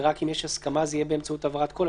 ורק אם יש הסכמה זה יהיה באמצעות העברת קול,